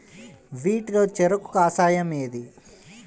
వీటిలో చెరకు కషాయం ఏది?